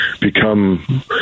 become